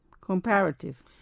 Comparative